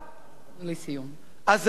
אז אני, גברתי היושבת-ראש, אומר,